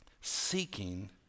seeking